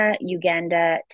Uganda